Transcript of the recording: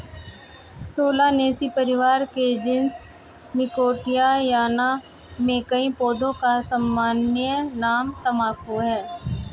Solanaceae परिवार के genus Nicotiana में कई पौधों का सामान्य नाम तंबाकू है